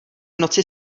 noci